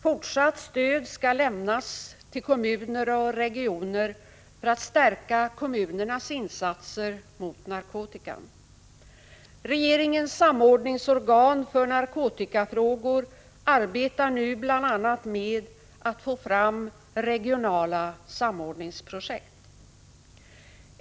Fortsatt stöd skall lämnas till kommuner och regioner för att stärka kommunernas insatser mot narkotikan. Regeringens samordningsorgan för narkotikafrågor arbetar nu bl.a. med att få fram regionala samordningsprojekt.